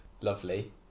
lovely